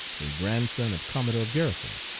a grandson of commodore garrison.